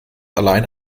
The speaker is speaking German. allein